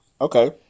okay